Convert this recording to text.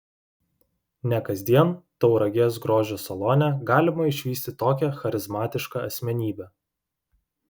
ne kasdien tauragės grožio salone galima išvysti tokią charizmatišką asmenybę